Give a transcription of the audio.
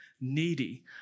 needy